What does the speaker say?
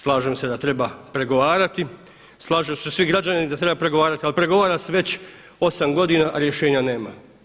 Slažem se da treba pregovarati, slažu se svi građani da treba pregovarati ali pregovara se već 8 godina a rješenja nema.